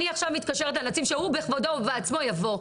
אני עכשיו מתקשרת לנציב שהוא בכבודו ובעצמו יבוא.